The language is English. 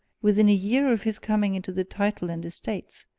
within a year of his coming into the title and estates,